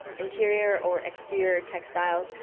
interior or exterior textiles,